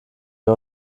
wir